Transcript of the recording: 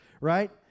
Right